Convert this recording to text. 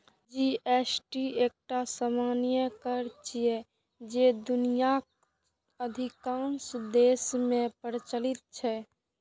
GST एकटा सामान्य कर छियै, जे दुनियाक अधिकांश देश मे प्रचलित छै